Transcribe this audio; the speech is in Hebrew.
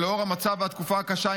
ולאור המצב והתקופה הקשה,